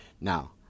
Now